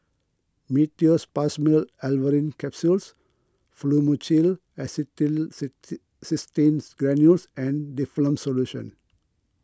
Meteospasmyl Alverine Capsules Fluimucil Granules and Difflam Solution